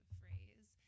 phrase